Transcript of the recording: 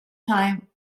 time